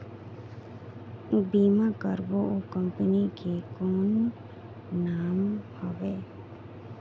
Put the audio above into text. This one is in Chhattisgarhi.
बीमा करबो ओ कंपनी के कौन नाम हवे?